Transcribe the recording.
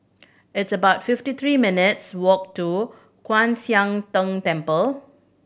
it's about fifty three minutes' walk to Kwan Siang Tng Temple